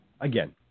again